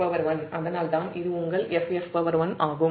அதனால்தான் இது உங்கள் FF1ஆகும்